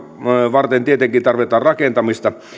varten tietenkin tarvitaan rakentamista niin